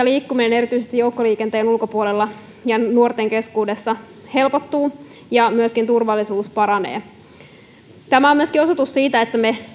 liikkuminen erityisesti joukkoliikenteen ulkopuolella ja nuorten keskuudessa helpottuu ja myöskin turvallisuus paranee tämä on myöskin osoitus siitä että me